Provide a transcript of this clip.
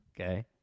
okay